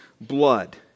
blood